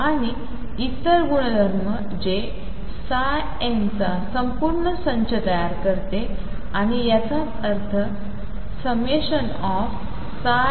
आणि इतर गुणधर्म जेn चा पूर्ण संच तयार करते आणि याचाच अर्थ∑nxnxδx x